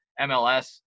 MLS